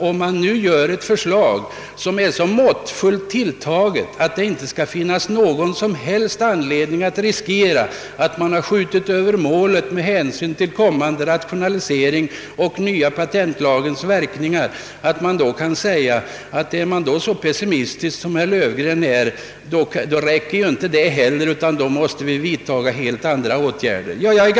Om det läggs fram ett förslag som är så måttfullt tilltaget, att det inte finns någon som helst risk för att vi skjuter över målet med hänsyn till kommande rationaliseringar och den nya patentlagens verkningar, är det egendomligt att man kan säga att det inte räcker med detta förslag, om vi måste vara så pessimistiska som jag är, utan att helt andra åtgärder måste vidtas.